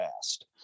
fast